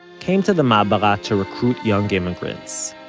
came to the ma'abara to recruit young immigrants.